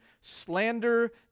slander